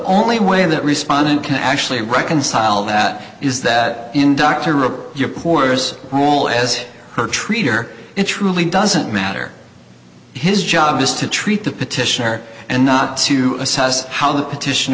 only way that respondent can actually reconcile that is that inductor of your poor's role as her treater it's really doesn't matter his job is to treat the petitioner and not to assess how the petition